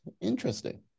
Interesting